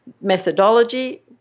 methodology